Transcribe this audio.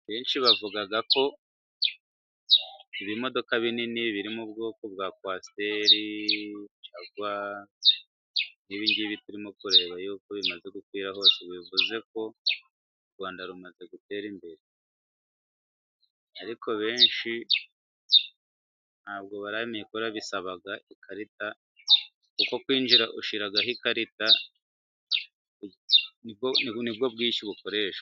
Benshi bavuga ko ibimodoka binini biri mu bwoko bwa Kwasteri (Coaster) Jagwari (Jagwar) nk'ibi ngibi turimo kureba, kuko bimaze gukwira hose, bivuze ko u Rwanda rumaze gutera imbere. Ariko benshi ntabwo barabimenya kubera bisaba ikarita. Kuko kwinjira ushyiraho ikarita, ni bwo bwishyu bukoreshwa.